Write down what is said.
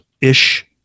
ish